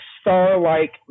star-like